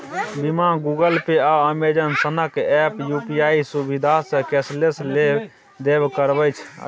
भीम, Google Pay, आ Amazon सनक app UPI सुविधासँ कैशलेस लेब देब करबै छै